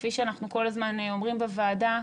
כפי שאנחנו כל הזמן אומרים בוועדה,